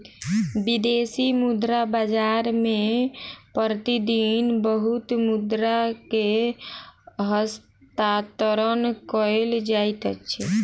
विदेशी मुद्रा बाजार मे प्रति दिन बहुत मुद्रा के हस्तांतरण कयल जाइत अछि